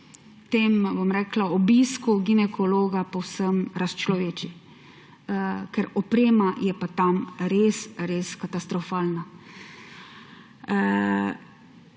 žensko ob tem obisku ginekologa povsem razčloveči, ker oprema je pa tam res res katastrofalna.